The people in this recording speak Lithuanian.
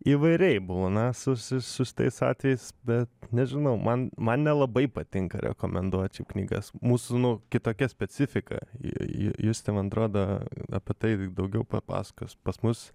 įvairiai būna su su su šitais atvejais bet nežinau man man nelabai patinka rekomenduoti knygas mūsų nu kitokia specifika justė man atrodo apie tai daugiau papasakos pas mus